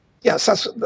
Yes